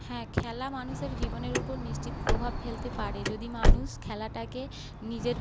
হ্যাঁ খেলা মানুষের জীবনের উপর নিশ্চিত প্রভাব ফেলতে পারে যদি মানুষ খেলাটাকে নিজের